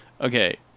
okay